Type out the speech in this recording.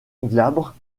glabre